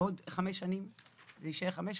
בעוד חמש שנים זה יישאר 500?